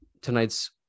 tonight's